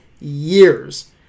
years